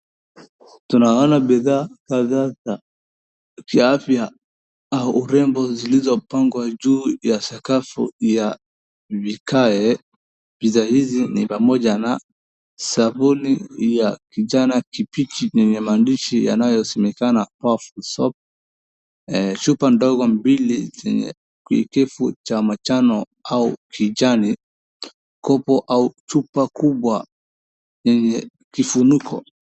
Tuna vyakula mbalimbali. Tumia na panga vizuri kwenye sahani. Changanya kipande kimoja na saboli ya mboga safi. Tumia supu ndogo mbili nyingi kwa mchanganyiko wa kijani au mwingine, na weka sehemu kubwa za vyakula kwa kufunikwa.